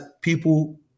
people